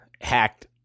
hacked